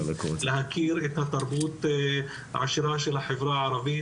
להכיר את התרבות העשירה של החברה הערבית,